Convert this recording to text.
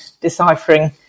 deciphering